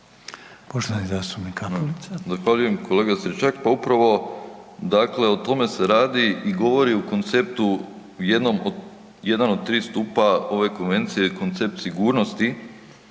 Zahvaljujem. Kolega Stričak, pa upravo dakle o tome se radi i govori u konceptu jedan od tri stupa ove konvencije je koncept sigurnosti